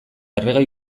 erregai